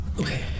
Okay